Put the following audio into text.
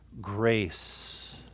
grace